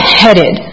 headed